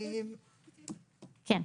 כן.